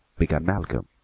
began malcolm,